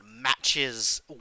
matches